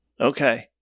Okay